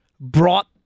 brought